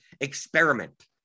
experiment